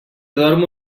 dormo